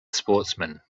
sportsman